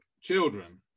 children